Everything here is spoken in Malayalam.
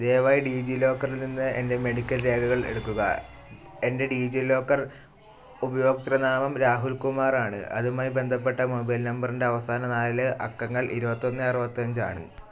ദയവായി ഡിജിലോക്കറിൽ നിന്ന് എൻ്റെ മെഡിക്കൽ രേഖകൾ എടുക്കുക എൻ്റെ ഡിജിലോക്കർ ഉപഭോക്തൃനാമം രാഹുൽ കുമാർ ആണ് അതുമായി ബന്ധപ്പെട്ട മൊബൈൽ നമ്പറിൻ്റെ അവസാന നാല് അക്കങ്ങൾ ഇരുപത്തി ഒന്ന് അറുപത്തി അഞ്ച് ആണ്